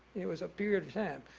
it was a period event.